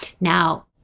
now